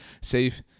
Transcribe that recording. safe